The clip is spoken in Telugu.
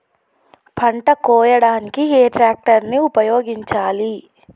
పంట కోయడానికి ఏ ట్రాక్టర్ ని ఉపయోగించాలి?